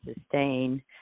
sustain